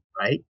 right